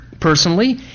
personally